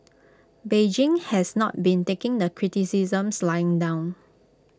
Beijing has not been taking the criticisms lying down